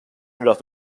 los